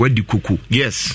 Yes